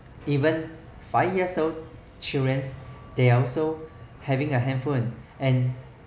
even five years old children they also have a handphone and